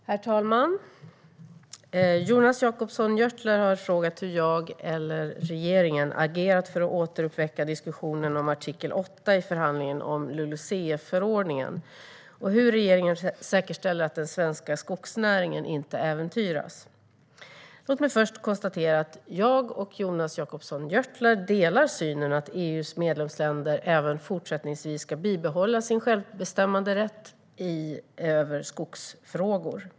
Svar på interpellationer Herr talman! Jonas Jacobsson Gjörtler har frågat hur jag, eller regeringen, agerat för att återuppväcka diskussionen om artikel 8 i förhandlingen om LULUCF-förordningen och hur regeringen säkerställer att den svenska skogsnäringen inte äventyras. Låt mig först konstatera att jag och Jonas Jacobsson Gjörtler delar synen att EU:s medlemsländer även fortsättningsvis ska bibehålla sin självbestämmanderätt över skogsfrågor.